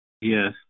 Yes